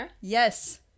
Yes